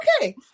Okay